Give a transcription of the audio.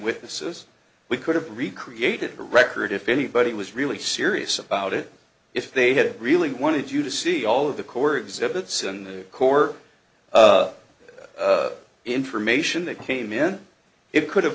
witnesses we could have recreated a record if anybody was really serious about it if they had really wanted you to see all of the core exhibits in the core of information that came in it could have